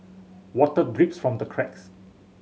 water drips from the cracks